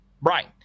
Right